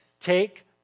Take